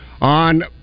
on